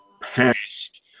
past